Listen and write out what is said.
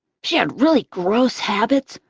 she had really gross habits,